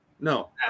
no